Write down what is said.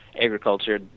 agriculture